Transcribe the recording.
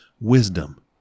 wisdom